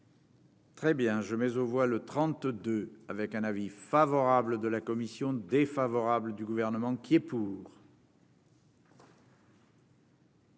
Très bien, je mais on voit le 32 avec un avis favorable de la commission défavorable du gouvernement qui est pour.